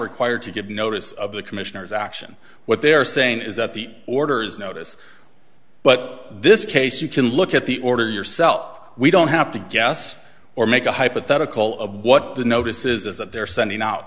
required to give notice of the commissioner's action what they're saying is that the orders notice but this case you can look at the order yourself we don't have to guess or make a hypothetical of what the notice is that they're sending out